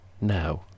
now